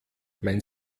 mein